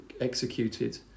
executed